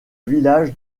village